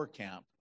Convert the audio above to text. camp